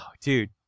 Dude